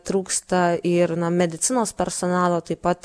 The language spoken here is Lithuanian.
trūksta ir na medicinos personalo taip pat